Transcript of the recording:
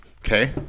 Okay